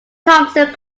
thomson